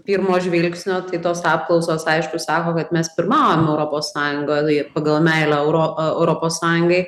pirmo žvilgsnio tai tos apklausos aišku sako kad mes pirmaujam europos sąjungoj pagal meilę euro europos sąjungai